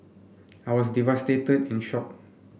I was devastated and shock